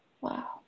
wow